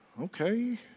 Okay